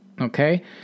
okay